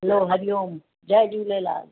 हलो हरि ओम जय झूलेलाल